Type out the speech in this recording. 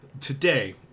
today